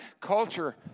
culture